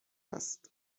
است